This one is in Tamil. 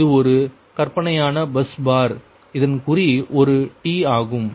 இது ஒரு கற்பனையான பஸ் பார் இதன் குறி ஒரு t ஆகும்